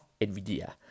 Nvidia